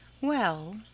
Well